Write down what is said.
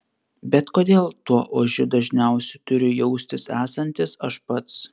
bet kodėl tuo ožiu dažniausiai turiu jaustis esantis aš pats